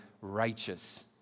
righteous